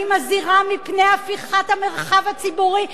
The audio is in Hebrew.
אני מזהירה מפני הפיכת המרחב הציבורי ל"טליבאן".